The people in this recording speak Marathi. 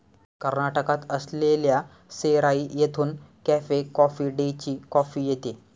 कर्नाटकात असलेल्या सेराई येथून कॅफे कॉफी डेची कॉफी येते